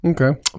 okay